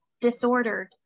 disordered